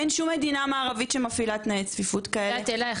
אין שום מדינה מערבית שמפעילה את תנאי צפיפות כאלה,